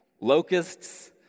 locusts